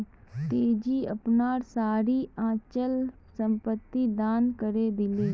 तेजी अपनार सारी अचल संपत्ति दान करे दिले